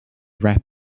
rapped